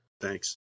Thanks